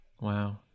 Wow